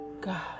God